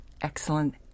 excellent